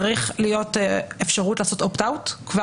צריכה להיות אפשרות לעשות opt out כבר